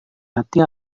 hati